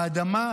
האדמה,